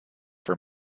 for